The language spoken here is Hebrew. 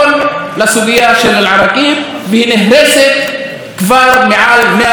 והוא נהרס כבר מעל 134 פעמים.